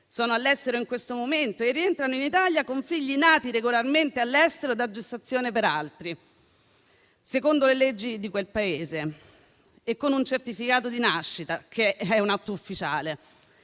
sono all'estero da mesi o in questo momento rientrano in Italia con figli nati regolarmente all'estero da gestazione per altri, secondo le leggi di quel Paese e con un certificato di nascita che è un atto ufficiale.